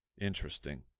Interesting